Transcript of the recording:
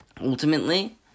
Ultimately